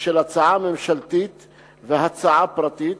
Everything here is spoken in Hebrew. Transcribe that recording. של הצעה ממשלתית והצעה פרטית,